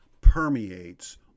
permeates